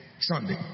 Sunday